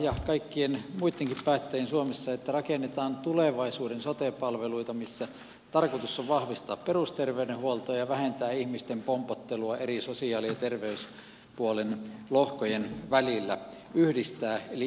ja kaikkien muittenkin päättäjien suomessa kannattaa muistaa että rakennetaan tulevaisuuden sote palveluita missä tarkoitus on vahvistaa perusterveydenhuoltoa ja vähentää ihmisten pompottelua eri sosiaali ja terveyspuolen lohkojen välillä yhdistää eli integroida nuo palvelut